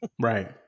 right